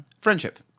Friendship